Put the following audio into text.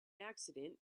accident